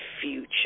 future